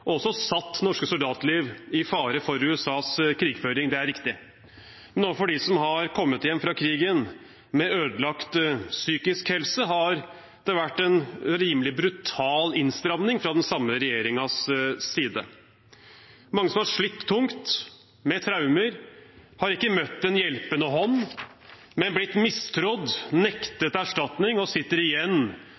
og også satt norske soldatliv i fare for USAs krigføring. Det er riktig. Men overfor dem som har kommet hjem fra krigen med ødelagt psykisk helse, har det vært en rimelig brutal innstramning fra den samme regjeringens side. Mange som har slitt tungt med traumer, har ikke møtt en hjelpende hånd, men er blitt mistrodd, er nektet erstatning og sitter igjen